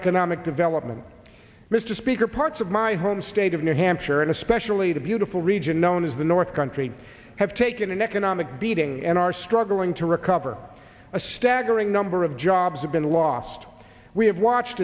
economic development mr speaker parts of my home state of new hampshire and especially the beautiful region known as the north country have taken an economic beating and are struggling to recover a staggering number of job bob's have been lost we have watched